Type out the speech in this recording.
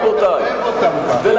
רבותי.